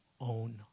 own